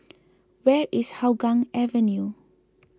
where is Hougang Avenue